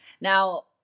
now